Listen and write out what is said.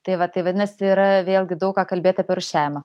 tai va tai vadinasi yra vėlgi daug ką kalbėt apie rūšiavimą